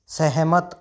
सहमत